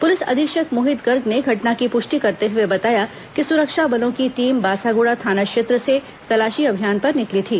police अधीक्षक मोहित गर्ग ने घटना की पुष्टि करते हुए बताया कि सुरक्षा बलों की टीम बासागुड़ा थाना क्षेत्र से तलाशी अभियान पर निकली थी